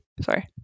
sorry